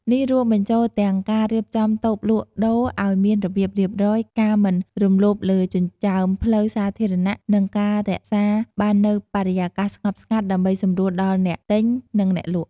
នេះរួមបញ្ចូលទាំងការរៀបចំតូបលក់ដូរឱ្យមានរបៀបរៀបរយ ការមិនរំលោភលើចិញ្ចើមផ្លូវសាធារណៈ និងការរក្សាបាននូវបរិយាកាសស្ងប់ស្ងាត់ដើម្បីសម្រួលដល់អ្នកទិញ និងអ្នកលក់។